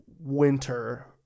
winter